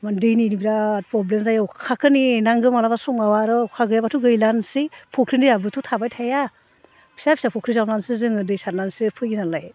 माने दैनि बिराद प्रब्लेम जायो अखाखो नेनांगो माब्लाबा समाव आरो अखा गैयाब्लाथ' गैलानोसै फुख्रिनि दैयाबोथ' थाबाय थाया फिसा फिसा फुख्रि जावनानैसो जोङो दै सारनासो फैयो नालाय